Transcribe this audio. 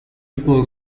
for